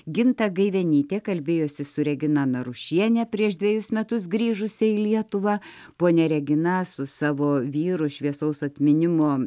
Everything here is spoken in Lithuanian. ginta gaivenytė kalbėjosi su regina narušiene prieš dvejus metus grįžusią į lietuvą ponia regina su savo vyru šviesaus atminimo